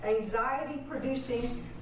anxiety-producing